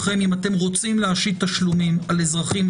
אם אתם רוצים להשית תשלומים על אזרחים,